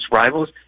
rivals